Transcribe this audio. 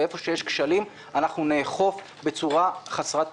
ואיפה שיש כשלים אנחנו נאכוף בצורה חסרת פשרות.